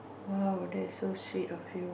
!wow! that is so sweet of you